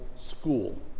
school